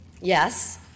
Yes